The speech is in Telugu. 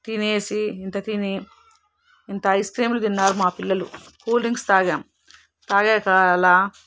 తినేసి ఇంత తిని ఇంత ఐస్ క్రీమ్లు తిన్నారు మా పిల్లలు కూల్ డ్రింక్స్ తాగాం తాగాక అలా